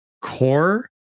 core